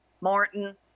Martin